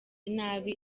nabi